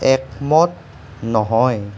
একমত নহয়